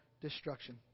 destruction